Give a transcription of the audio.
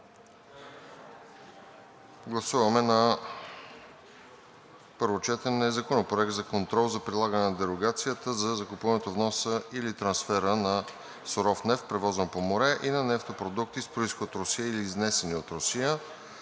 Гласуваме на първо четене Законопроект за контрол за прилагане на дерогацията за закупуването, вноса или трансфера на суров нефт, превозван по море, и на нефтопродукти с произход от Русия или изнесени от Русия,